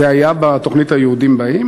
זה היה בתוכנית "היהודים באים",